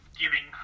giving